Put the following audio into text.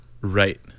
Right